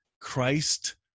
Christ